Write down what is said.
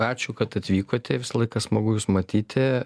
ačiū kad atvykote visą laiką smagu jus matyti